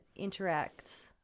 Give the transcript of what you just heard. interacts